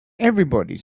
everybody